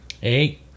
Hey